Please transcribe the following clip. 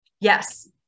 Yes